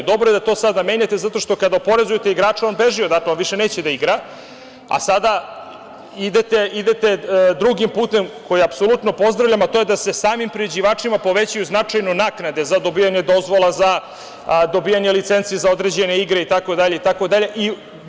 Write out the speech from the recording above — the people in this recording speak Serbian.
Dobro je da to sada menjate zato što kada oporezujete igrača on beži odatle, on više neće da igra, a sada idete drugim putem koji apsolutno pozdravlja, a to je da se samim priređivačima povećaju značajno naknade za dobijanje dozvola, za dobijanje licenci za određene igre i tako dalje.